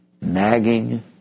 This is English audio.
nagging